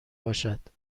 باشد